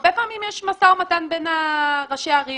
הרבה פעמים יש משא ומתן בין ראשי הערים,